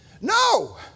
No